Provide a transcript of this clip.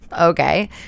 Okay